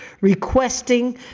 requesting